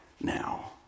now